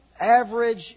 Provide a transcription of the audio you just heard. average